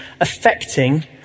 affecting